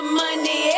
money